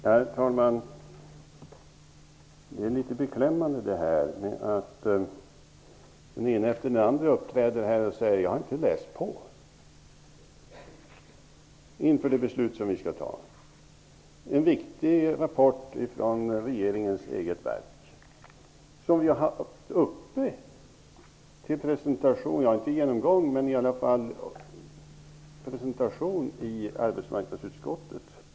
Herr talman! Det är litet beklämmande att den ene efter den andre uppträder här och säger: Jag har inte läst på inför det beslut som vi skall fatta. Detta är en viktig rapport från regeringens eget verk som vi haft uppe till presentation, om inte till genomgång, i arbetsmarknadsutskottet.